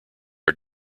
are